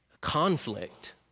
conflict